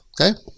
Okay